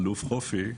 אלוף חופי,